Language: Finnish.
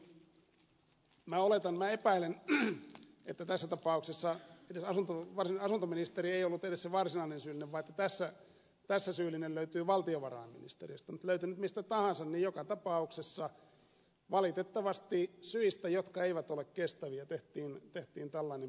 minä oletan minä epäilen että tässä tapauksessa varsinainen asuntoministeri ei ollut edes se varsinainen syyllinen vaan tässä syyllinen löytyy valtiovarainministeriöstä mutta löytyi nyt mistä tahansa niin joka tapauksessa valitettavasti syistä jotka eivät ole kestäviä tehtiin tällainen päätös